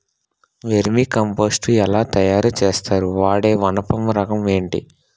Vermi compost ఎలా తయారు చేస్తారు? వాడే వానపము రకం ఏంటి?